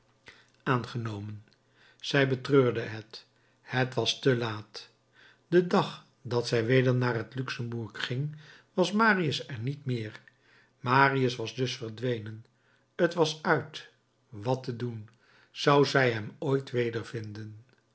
aangenomen zij betreurde het het was te laat den dag dat zij weder naar het luxembourg ging was marius er niet meer marius was dus verdwenen t was uit wat te doen zou zij hem ooit